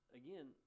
again